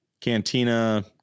cantina